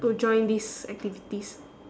to join these activities